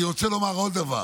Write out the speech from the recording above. אני רוצה לומר עוד דבר.